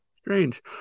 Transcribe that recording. strange